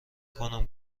کنم